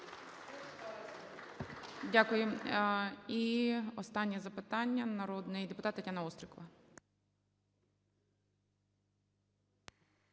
Дякую. І останнє запитання - народний депутат Тетяна Острікова.